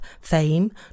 fame